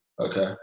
Okay